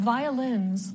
Violins